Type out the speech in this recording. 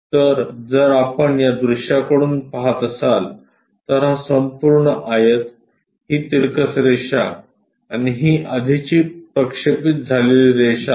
तर जर आपण या दृश्याकडून पाहत असाल तर हा संपूर्ण आयत ही तिरकस रेषा आणि ही आधीच प्रक्षेपित झालेली रेषा आहे